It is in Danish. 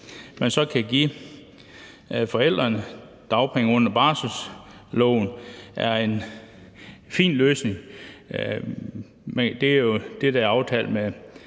at man så kan give forældrene dagpenge inden for barselsloven, er en fin løsning. Det er jo det, der er aftalt mellem